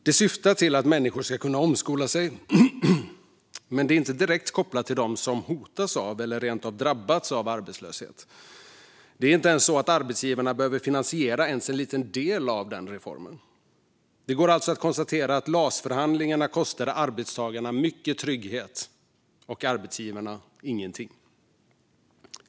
Det syftar till att människor ska kunna omskola sig, men det är inte direkt kopplat till dem som hotas av eller rent av drabbats av arbetslöshet. Arbetsgivarna behöver inte ens finansiera en liten del av reformen. Det går alltså att konstatera att LAS-förhandlingarna kostade arbetstagarna mycket trygghet och arbetsgivarna ingenting.